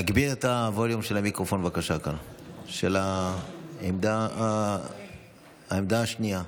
להגביר את המיקרופון של העמדה השנייה.